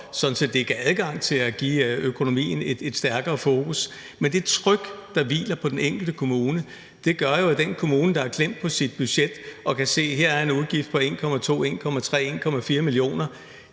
så der blev adgang til at give økonomien et stærkere fokus. Men det tryk, der hviler på den enkelte kommune, gør jo, at den kommune, der er klemt på sit budget og kan se, at der her er en udgift på 1,2, 1,3 eller 1,4 mio.